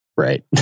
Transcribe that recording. Right